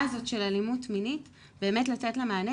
הזאת של אלימות מינית ובאמת לתת לה מענה,